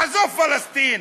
עזוב פלסטין.